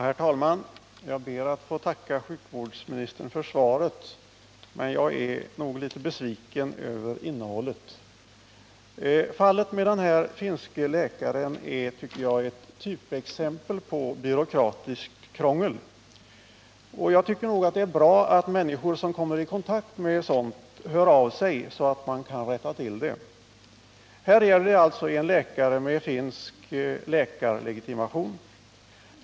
Herr talman! Jag ber att få tacka sjukvårdsministern för svaret, men jag är litet besviken över innehållet. Fallet med den finske läkaren är som jag ser det ett typexempel på byråkratiskt krångel. Jag tycker att det är bra att människor som kommer i kontakt med sådant hör av sig, så att man kan rätta till det. Det gäller här en läkare med finsk läkarlegitimation.